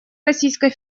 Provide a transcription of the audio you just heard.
российской